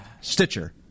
Stitcher